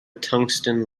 tungsten